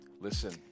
Listen